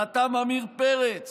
חתם עמיר פרץ,